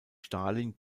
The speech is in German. stalin